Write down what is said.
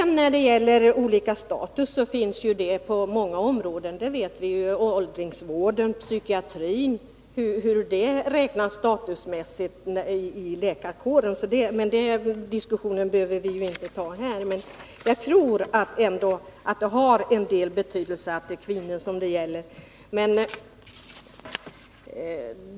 När det gäller frågan om olika status vet vi ju att det inom läkarkåren förekommer statustänkande på många områden, såsom inom åldringsvården och psykiatrin. Den diskussionen behöver vi ju inte ta upp här, men jag tror ändå att det har betydelse att det gäller kvinnor.